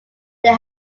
they